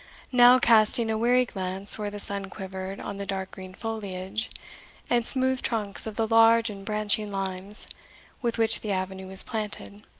now casting a weary glance where the sun quivered on the dark-green foliage and smooth trunks of the large and branching limes with which the avenue was planted.